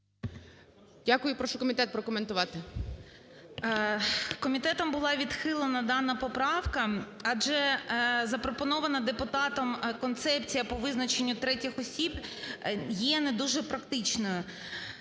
Дякую. Прошу комітет прокоментувати.